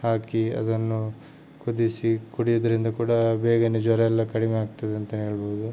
ಹಾಕಿ ಅದನ್ನು ಕುದಿಸಿ ಕುಡಿಯುದ್ರಿಂದ ಕೂಡ ಬೇಗನೆ ಜ್ವರಯೆಲ್ಲ ಕಡಿಮೆ ಆಗ್ತದೆ ಅಂತನೇ ಹೇಳ್ಬೋದು